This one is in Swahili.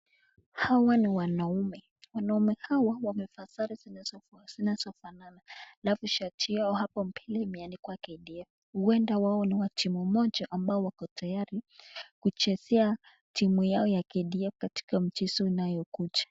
Hawa ni wanaume, wanaume hawa wamevaa sare zinazofanana alafu shati yao hapo mbele imeandikwa KDF, huenda wao ni wa timu moja ambao wako tayari kuchezea timu yao ya KDF katika mchezo unayokuja.